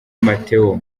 mateo